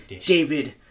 David